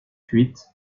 fuite